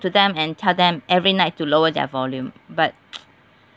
to them and tell them every night to lower their volume but